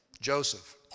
Joseph